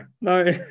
No